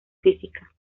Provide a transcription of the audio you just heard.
física